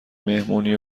مهمونی